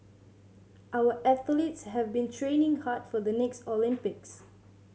our athletes have been training hard for the next Olympics